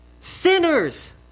sinners